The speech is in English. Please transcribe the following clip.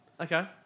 Okay